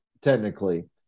technically